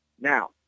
Now